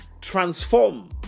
transform